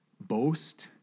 boast